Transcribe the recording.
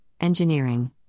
engineering